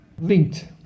linked